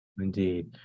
Indeed